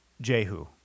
Jehu